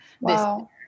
Wow